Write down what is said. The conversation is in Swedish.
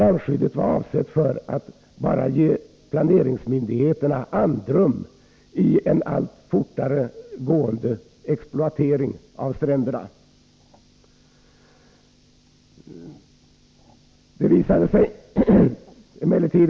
Avsikten var att ge planeringsmyndigheterna andrum i en allt fortare gående exploatering av stränderna.